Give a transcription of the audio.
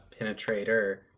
penetrator